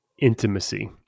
intimacy